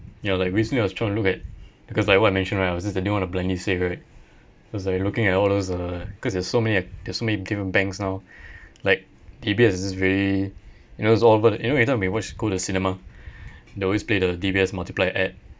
ya like recently I was trying to look at because like what you mention right I just didn't wanna blindly save right cause they're looking at all those uh cause there's so many ac~ there's many different banks now like D_B_S is just very you know it's over the you know every time when you watch go the cinema they always play the D_B_S multiplier ad